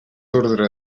ordre